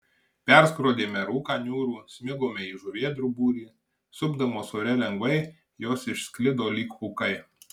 perskrodėme rūką niūrų smigome į žuvėdrų būrį supdamos ore lengvai jos išsklido lyg pūkai